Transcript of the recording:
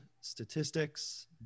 statistics